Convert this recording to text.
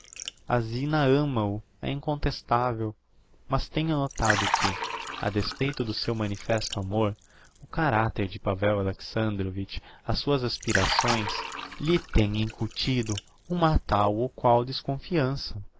a zina ama o é incontestavel mas tenho notado que a despeito do seu manifesto amor o caracter de pavel alexandrovitch as suas aspirações lhe tem incutido uma tal ou qual desconfiança